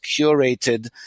curated